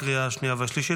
לקריאה השנייה והשלישית.